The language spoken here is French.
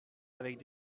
avec